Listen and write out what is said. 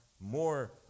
more